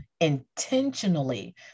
intentionally